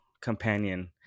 companion